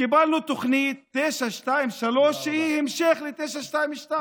קיבלנו את תוכנית 923, שהיא המשך ל-922.